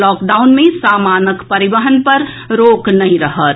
lockdown मे सामानक परिवहन पर रोक नहिं रहत